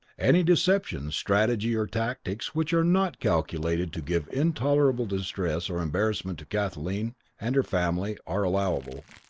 any deception, strategy, or tactics which are not calculated to give intolerable distress or embarrassment to kathleen and her family, are allowable.